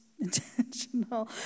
Intentional